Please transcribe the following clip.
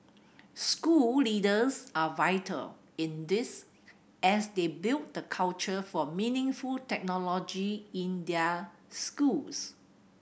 school leaders are vital in this as they build the culture for meaningful technology in their schools